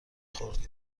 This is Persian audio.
خورد